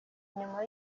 nyuma